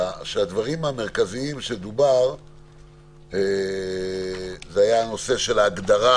שהדברים המרכזיים עליהם דובר היו הנושא של ההגדרה